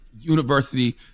university